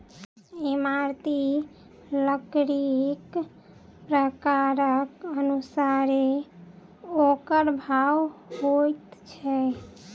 इमारती लकड़ीक प्रकारक अनुसारेँ ओकर भाव होइत छै